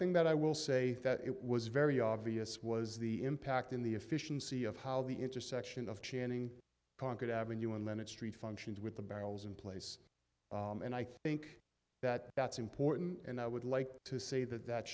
thing that i will say that it was very obvious was the impact in the efficiency of how the intersection of channing conquered avenue and then its street functions with the barrels in place and i think that that's important and i would like to say that that